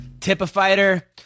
Tip-A-Fighter